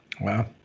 wow